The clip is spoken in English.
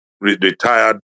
retired